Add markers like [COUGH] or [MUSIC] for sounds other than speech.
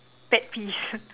pet peeves [LAUGHS]